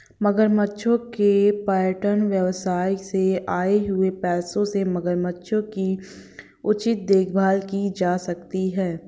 मगरमच्छों के पर्यटन व्यवसाय से आए हुए पैसों से मगरमच्छों की उचित देखभाल की जा सकती है